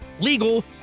legal